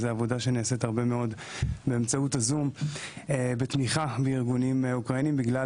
עבודה שנעשית באמצעות הזום בתמיכה בארגונים אוקראינים בגלל